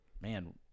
man